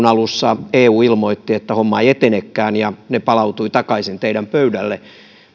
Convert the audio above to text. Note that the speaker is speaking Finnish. alussa eu ilmoitti että homma ei etenekään ja se palautui takaisin teidän pöydällenne